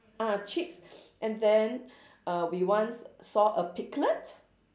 ah chicks and then uh we once saw a piglet